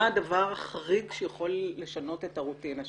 מה הדבר החריג שיכול לשנות את הרוטינה שלכם?